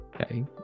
Okay